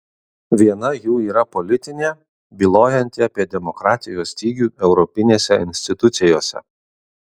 viena jų yra politinė bylojanti apie demokratijos stygių europinėse institucijose